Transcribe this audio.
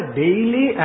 daily